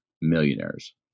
millionaires